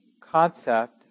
concept